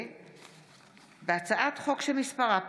הצעת חוק שירות